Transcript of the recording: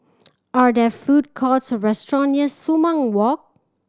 are there food courts or restaurants near Sumang Walk